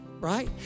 right